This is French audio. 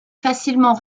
facilement